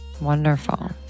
Wonderful